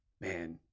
man